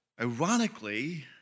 ironically